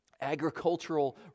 agricultural